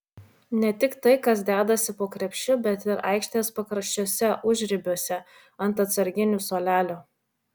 ne tik tai kas dedasi po krepšiu bet ir aikštės pakraščiuose užribiuose ant atsarginių suolelio